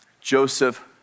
Joseph